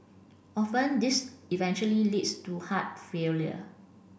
often this eventually leads to heart failure